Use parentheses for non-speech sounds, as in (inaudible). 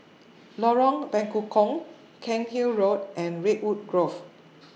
(noise) Lorong Bekukong Cairnhill Road and Redwood Grove (noise)